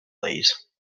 please